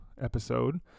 episode